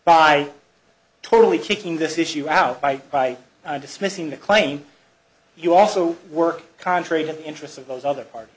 by totally taking this issue out by by dismissing the claim you also work contrary to the interests of those other part